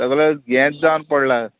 सगळे येंत जावन पडला